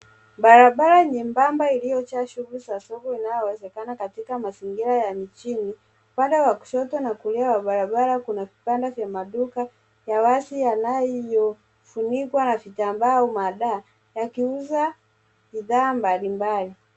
Barabara nyembamba iliyojaa shughuli za soko inayowezekana katika mazingira ya mijini, upande wa kushoto na kulia wa barabara kuna vibanda vya maduka ya wazi yofunikwa na vitambaa au madaa, yakiuza bidhaa mbalimbali.